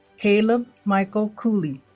caleb michael cooley